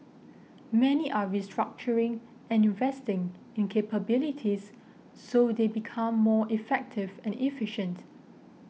many are restructuring and investing in capabilities so they become more effective and efficient